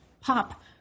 pop